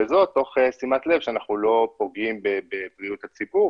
וזאת תוך שימת לב שאנחנו לא פוגעים בבריאות הציבור,